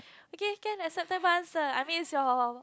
okay can acceptable answer I mean it's your